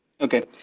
Okay